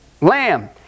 Lamb